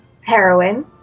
heroin